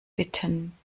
bitten